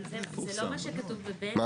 אבל זה לא מה שכתוב ב-(ב) מה